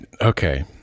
Okay